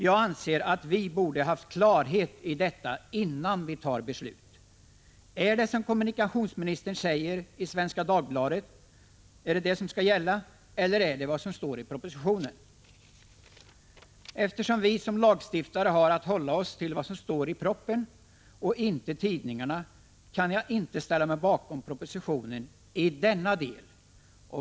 Jag anser att vi borde ha haft klarhet i detta innan vi fattar beslut. Är det vad kommunikationsministern säger i Svenska Dagbladet som skall gälla eller är det vad som sägs i propositionen? Eftersom vi som lagstiftare har att hålla oss till vad som står i propositionen och inte i tidningarna kan jag inte ställa mig bakom propositionen i denna del.